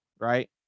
right